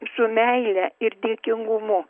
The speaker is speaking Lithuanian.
su meile ir dėkingumu